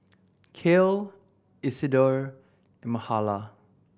Cale Isidor and Mahala